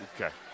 Okay